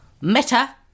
Meta